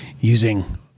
using